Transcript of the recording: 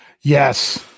Yes